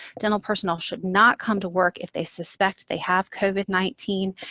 dental personnel should not come to work if they suspect they have covid nineteen,